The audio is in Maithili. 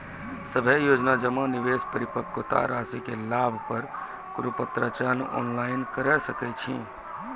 सभे योजना जमा, निवेश, परिपक्वता रासि के लाभ आर कुनू पत्राचार ऑनलाइन के सकैत छी?